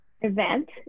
event